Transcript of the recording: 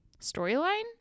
storyline